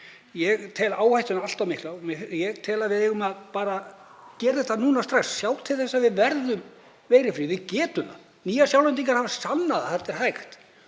Ég tel áhættuna allt of mikla. Ég tel að við eigum að gera þetta núna strax, sjá til þess að við verðum veirufrí. Við getum það. Nýsjálendingar hafa sannað að það er hægt.